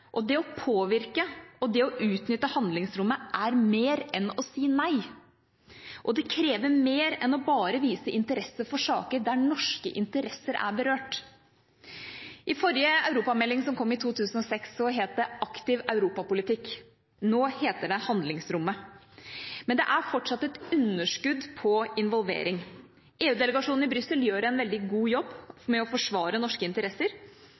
å påvirke og det å utnytte handlingsrommet er mer enn å si nei. Det krever mer enn bare å vise interesse for saker der norske interesser er berørt. I forrige europamelding, som kom i 2006, het det «aktiv europapolitikk». Nå heter det «handlingsrommet», men det er fortsatt et underskudd på involvering. EU-delegasjonen i Brussel gjør en veldig god jobb med å forsvare norske interesser.